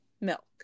milk